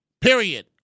Period